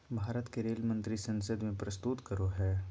भारत के रेल मंत्री संसद में प्रस्तुत करो हइ